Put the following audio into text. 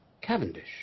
Cavendish